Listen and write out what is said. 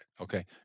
Okay